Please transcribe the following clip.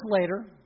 later